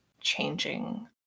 changing